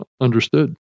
understood